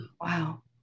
Wow